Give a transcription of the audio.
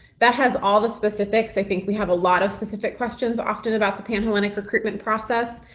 that has all the specifics. i think we have a lot of specific questions often about the panhellenic recruitment process,